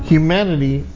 Humanity